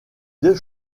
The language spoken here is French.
deux